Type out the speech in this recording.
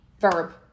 verb